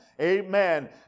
Amen